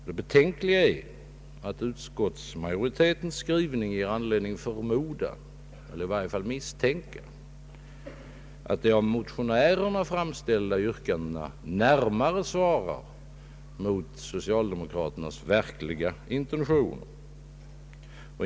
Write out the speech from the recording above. Det betänkliga är att utskottsmajoritetens skrivning ger anledning förmoda — eller i varje fall misstänka — att de av motionärerna framställda yrkandena närmare svarar mot socialdemokraternas verkliga intentioner.